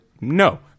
No